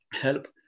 help